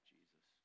Jesus